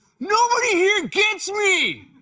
nobody here gets me!